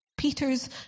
Peter's